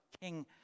King